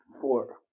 Four